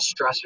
stressors